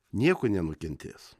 nieko nenukentės